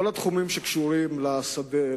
כל התחומים שקשורים לשדה,